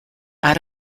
out